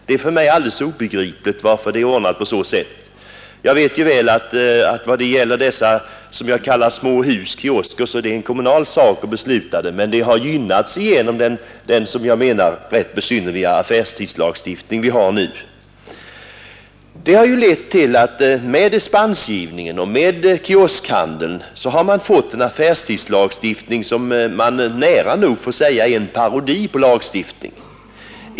Det är för mig obegripligt att det är ordnat på det här sättet. Jag vet ju väl att det är en kommunal sak att besluta om dessa små hus eller kiosker, men de har gynnats genom den, som jag menar, rätt egendomliga affärstidslagstiftning vi har nu. Med dispensgivningen och med kioskhandeln har man alltså fått en affärstidslagstiftning som nära nog kan sägas vara en parodi på lagstiftning.